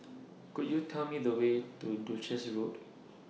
Could YOU Tell Me The Way to Duchess Road